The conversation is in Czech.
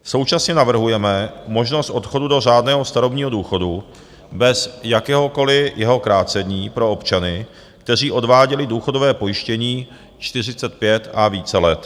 Současně navrhujeme možnost odchodu do řádného starobního důchodu bez jakéhokoliv jeho krácení pro občany, kteří odváděli důchodové pojištění 45 a více let.